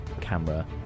camera